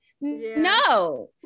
No